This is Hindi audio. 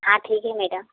हाँ ठीक है मैडम